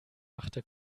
machte